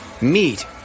Meet